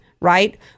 Right